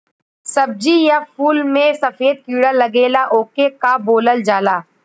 सब्ज़ी या फुल में सफेद कीड़ा लगेला ओके का बोलल जाला?